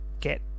get